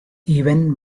even